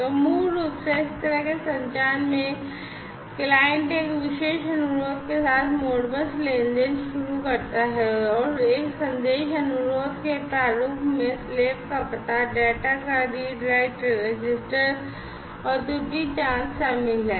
तो मूल रूप से इस तरह के संचार में ग्राहक का पता डेटा का रीड राइट रजिस्टर और त्रुटि जांच शामिल है